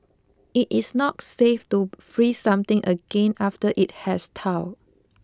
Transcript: it is not safe to freeze something again after it has thawed